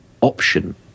option